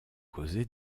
causer